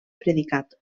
predicat